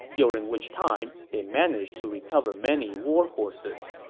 during which time they managed to recover many war horses